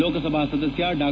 ಲೋಕಸಭಾ ಸದಸ್ಯ ಡಾ